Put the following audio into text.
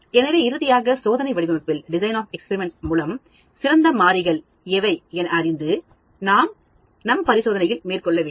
எனவே இறுதியாக சோதனை வடிவமைப்பின் மூலம் சிறந்த மாறிகள் எவை என அறிந்து அதை நம் பரிசோதனையில் மேற்கொள்ள வேண்டும்